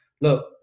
look